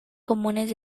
comunes